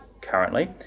currently